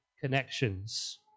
connections